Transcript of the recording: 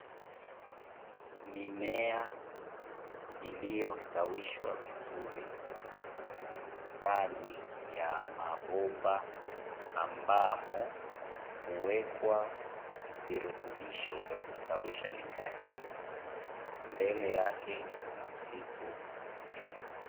Mimea iliyostawishwa vizuri ndani ya mabomba, ambamo huwekwa virutubisho vya kustawisha mimea hii, mbele yake kuna msitu mnene.